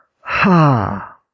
Ha